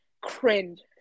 cringe